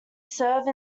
serve